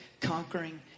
conquering